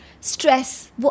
stress